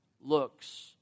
looks